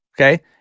Okay